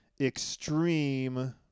Extreme